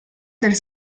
del